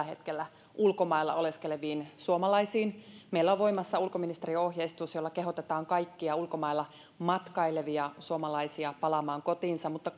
hetkellä ulkomailla oleskeleviin suomalaisiin meillä on voimassa ulkoministeriön ohjeistus jolla kehotetaan kaikkia ulkomailla matkailevia suomalaisia palaamaan kotiinsa mutta